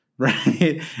Right